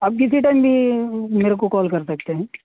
آپ کسی ٹائم بھی میرے کو کال کر سکتے ہیں